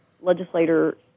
legislator